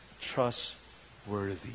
Trustworthy